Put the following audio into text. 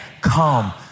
come